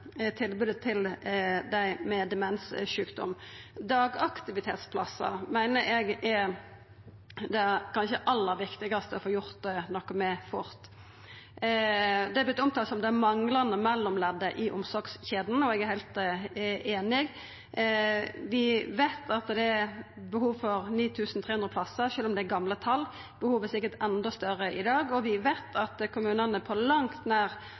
tilbodet til dei med demenssjukdom. Dagaktivitetsplassar meiner eg er det kanskje aller viktigaste å få gjort noko med fort. Det har vorte omtalt som det manglande mellomleddet i omsorgskjeda, og eg er heilt einig. Vi veit at det er behov for 9 300 plassar – det er gamle tal, behovet er sikkert enda større i dag – og vi veit at kommunane på langt nær